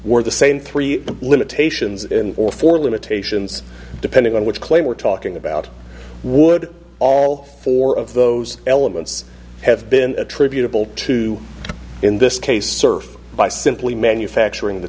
were the same three limitations or four limitations depending on which claim we're talking about would all four of those elements have been attributable to in this case serve by simply manufacturing the